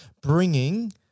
bringing